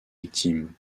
victimes